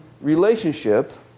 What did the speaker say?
relationship